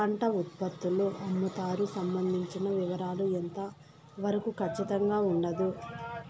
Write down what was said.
పంట ఉత్పత్తుల అమ్ముతారు సంబంధించిన వివరాలు ఎంత వరకు ఖచ్చితంగా ఉండదు?